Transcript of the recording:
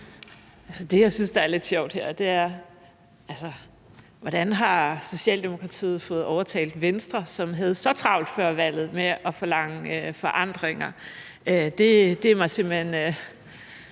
Det, jeg synes er lidt sjovt her, er, hvordan Socialdemokratiet har fået overtalt Venstre, som havde så travlt før valget med at forlange forandringer – det er mig simpelt hen